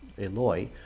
Eloy